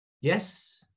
yes